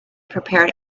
prepared